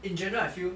in general I feel